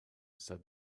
said